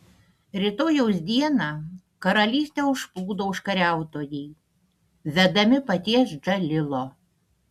rytojaus dieną karalystę užplūdo užkariautojai vedami paties džalilo